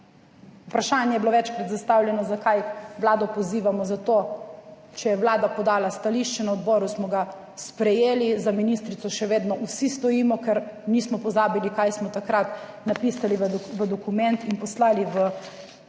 vprašanje je bilo večkrat zastavljeno, zakaj Vlado pozivamo za to, če je Vlada podala stališče, na odboru smo ga sprejeli, za ministrico še vedno vsi stojimo, ker nismo pozabili kaj smo takrat napisali v dokument in poslali v Evropo.